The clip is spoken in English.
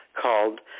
called